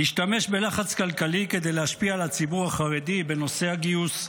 להשתמש בלחץ כלכלי כדי להשפיע על הציבור החרדי בנושא הגיוס,